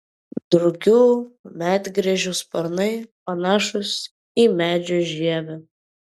drugių medgręžių sparnai panašūs į medžio žievę